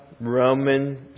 Roman